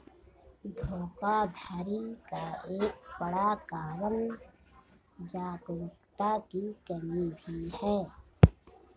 धोखाधड़ी का एक बड़ा कारण जागरूकता की कमी भी है